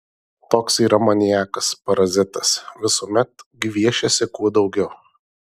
toks yra maniakas parazitas visuomet gviešiasi kuo daugiau